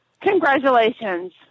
Congratulations